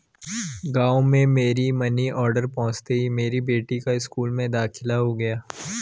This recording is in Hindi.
गांव में मेरा मनी ऑर्डर पहुंचते ही मेरी बेटी का स्कूल में दाखिला हो गया